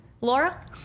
Laura